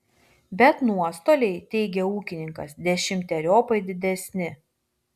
bet nuostoliai teigia ūkininkas dešimteriopai didesni